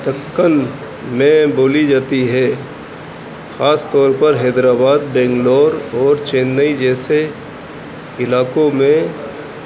دکن میں بولی جاتی ہے خاص طور پر حیدر آباد بنگلور اور چنئی جیسے علاقوں میں